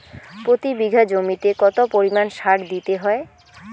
প্রতি বিঘা জমিতে কত পরিমাণ সার দিতে হয়?